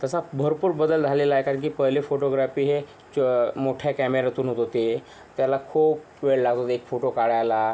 तसा भरपूर बदल झालेला आहे कारण की पहिले फोटोग्राफी हे मोठ्या कॅमेऱ्यातून होत होती त्याला खूप वेळ लागत होता एक फोटो काढायला